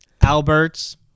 Albert's